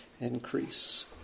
increase